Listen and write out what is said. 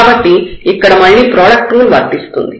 కాబట్టి ఇక్కడ మళ్లీ ప్రోడక్ట్ రూల్ వర్తిస్తుంది